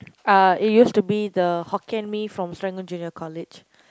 uh it used to be the Hokkien-Mee from Serangoon Junior-College